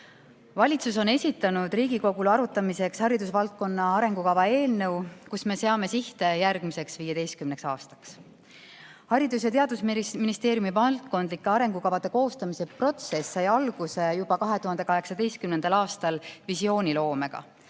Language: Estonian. Valitsus on esitanud Riigikogule arutamiseks haridusvaldkonna arengukava eelnõu, kus me seame sihte järgmiseks 15 aastaks. Haridus‑ ja Teadusministeeriumi valdkondlike arengukavade koostamise protsess sai alguse juba 2018. aastal visiooniloomega.